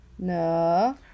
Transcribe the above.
No